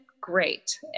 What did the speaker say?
great